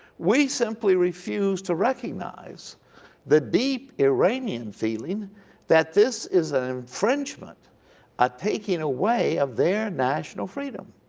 we simply refuse to recognize the deep iranian feeling that this is an infringement a taking away of their national freedom.